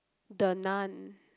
the Nun